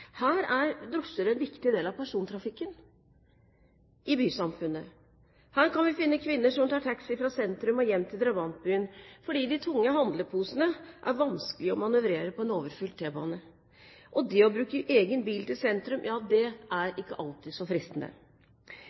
Her er drosjer en viktig del av persontrafikken i bysamfunnet. Her kan vi finne kvinner som tar taxi fra sentrum og hjem til drabantbyen, fordi de tunge handleposene er vanskelig å manøvrere på en overfylt T-bane, og det å bruke egen bil til sentrum er ikke alltid så fristende.